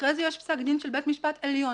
אחרי זה יש פסק דין של בית משפט עליון